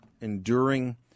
Enduring